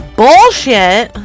bullshit